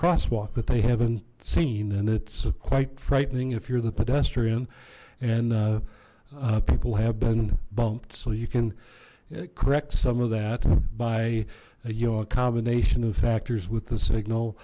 crosswalk that they haven't seen and it's quite frightening if you're the pedestrian and people have been bumped so you can correct some of that by your combination of factors with the signal